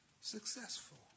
successful